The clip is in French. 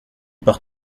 par